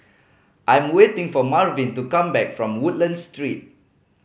I'm waiting for Marvin to come back from Woodlands Street